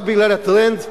רק בגלל הטרנד?